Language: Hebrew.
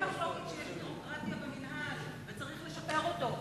אין מחלוקת על כך שיש ביורוקרטיה במינהל ושצריך לשפר את זה.